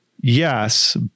yes